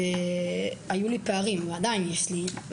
והיו לי פערים, עדיין יש לי.